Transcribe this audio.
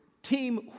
Team